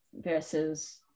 versus